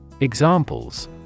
Examples